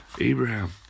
Abraham